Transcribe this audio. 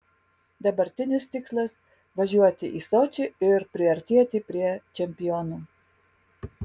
dabartinis tikslas važiuoti į sočį ir priartėti prie čempionų